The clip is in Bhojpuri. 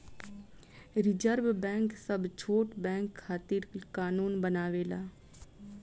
रिज़र्व बैंक सब छोट बैंक खातिर कानून बनावेला